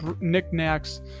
knickknacks